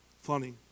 Funny